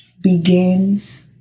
begins